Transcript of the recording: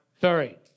Sorry